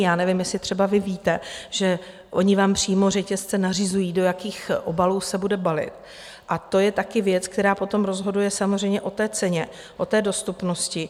Já nevím, jestli třeba víte, že ony vám přímo řetězce nařizují, do jakých obalů se bude balit, a to je taky věc, která potom rozhoduje samozřejmě o ceně, o dostupnosti.